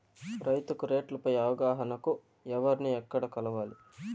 రైతుకు రేట్లు పై అవగాహనకు ఎవర్ని ఎక్కడ కలవాలి?